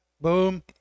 boom